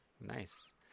Nice